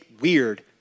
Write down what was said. weird